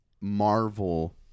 Marvel